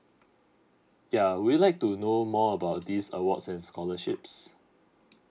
ya would you like to know more about these awards and scholarships